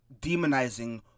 demonizing